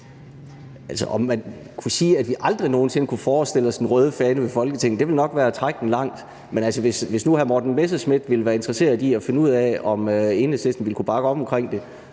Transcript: (EL): At sige, at vi aldrig nogen sinde kunne forestille os den røde fane ved Folketinget, ville nok være at trække den langt. Men hvis nu hr. Morten Messerschmidt ville være interesseret i at finde ud af, om Enhedslisten ville kunne bakke op omkring det,